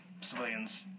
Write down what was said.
civilians